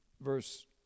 verse